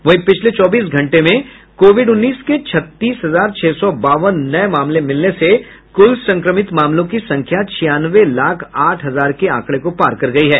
वहीं पिछले चौबीस घंटे में कोविड उन्नीस के छत्तीस हजार छह सौ बावन नए मामले मिलने से कुल संक्रमित मामलों की संख्या छियानवे लाख आठ हजार के आंकड़े को पार कर गई है